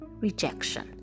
rejection